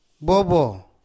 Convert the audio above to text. bobo